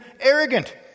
arrogant